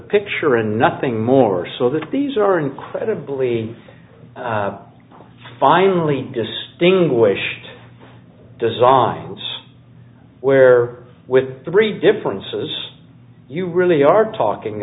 picture and nothing more so that these are incredibly finely distinguished designs where with three differences you really are talking